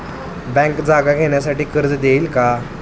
Bank जागा घेण्यासाठी कर्ज देईल का?